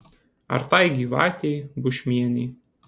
ir tai gyvatei bušmienei